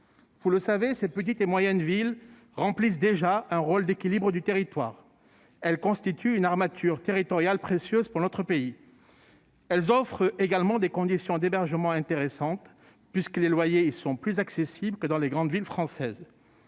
Vous le savez, ces villes jouent déjà un rôle dans l'équilibre du territoire : elles constituent une armature territoriale précieuse pour notre pays. Elles offrent également des conditions d'hébergement intéressantes, puisque les loyers y sont plus accessibles que dans les grandes villes françaises.